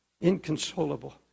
Inconsolable